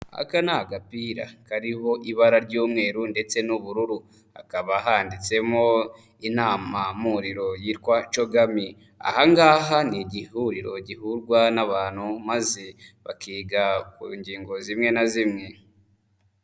Aka ni agapira kariho ibara ry'umweru ndetse n'ubururu, hakaba handitsemo inama mpuriro yitwa CHOGM. Aha ngaha ni igihuriro gihurwa n'abantu maze bakiga ku ngingo zimwe na zimwe.